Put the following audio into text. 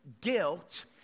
guilt